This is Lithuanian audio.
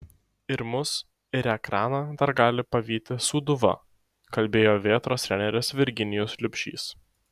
ir mus ir ekraną dar gali pavyti sūduva kalbėjo vėtros treneris virginijus liubšys